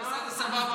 אתה עושה את זה סבבה.